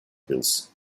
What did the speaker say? pills